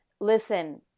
listen